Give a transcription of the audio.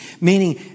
meaning